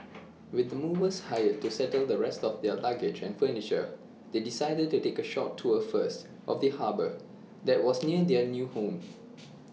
with the movers hired to settle the rest of their luggage and furniture they decided to take A short tour first of the harbour that was near their new home